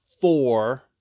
four